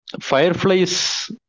Fireflies